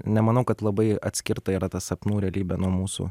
nemanau kad labai atskirta yra ta sapnų realybė nuo mūsų